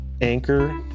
Anchor